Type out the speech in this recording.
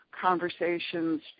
conversations